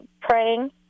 praying